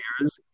years